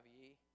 ye